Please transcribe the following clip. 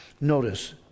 Notice